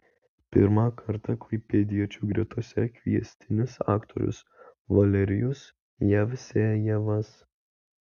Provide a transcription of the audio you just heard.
pirmą kartą klaipėdiečių gretose kviestinis aktorius valerijus jevsejevas